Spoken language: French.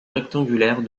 rectangulaire